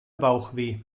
bauchweh